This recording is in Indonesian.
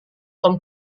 tom